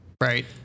right